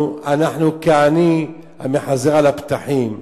אנחנו כעני המחזר על הפתחים,